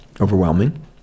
overwhelming